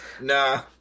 Nah